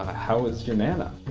how is your nana?